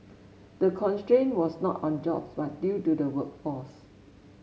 the constraint was not on jobs but due to the workforce